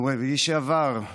ביום רביעי שעבר,